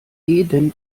jeden